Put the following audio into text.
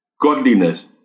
godliness